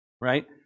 right